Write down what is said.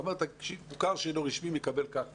אתה אומר, מוכר שאינו רשמי מקבל כך וכך,